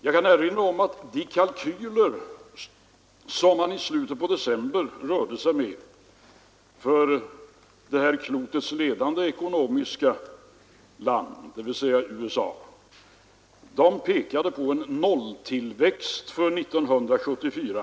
Jag kan erinra om att de kalkyler som man i slutet på december rörde sig med för det här klotets ekonomiskt ledande land, dvs. USA, pekade på en nolltillväxt för 1974.